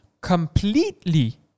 completely